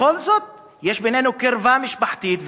בכל זאת יש בינינו קרבה משפחתית,